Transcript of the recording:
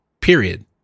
Period